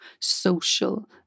social